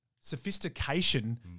sophistication